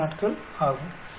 2 நாட்கள் ஆகும்